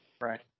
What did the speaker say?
Right